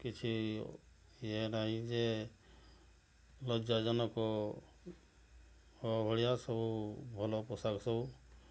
କିଛି ଇଏ ନାହିଁ ଯେ ଲଜ୍ଜାଜନକ ଭଳିଆ ସବୁ ଭଲ ପୋଷାକ ସବୁ